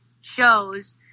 shows